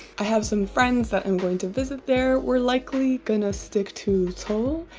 have some friends that i'm going to visit there. we're likely gonna stick to seoul